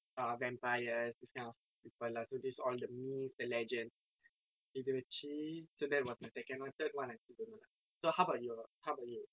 err vampires this kind of people lah so this is all the myth the legends இது வச்சி:ithu vachi so that was my second one third one I still don't know lah so how about your how about you